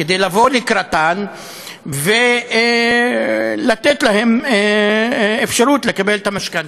כדי לבוא לקראתן ולתת להן אפשרות לקבל את המשכנתה.